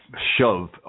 shove